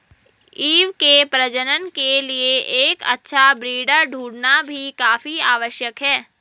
ewe के प्रजनन के लिए एक अच्छा ब्रीडर ढूंढ़ना भी काफी आवश्यक है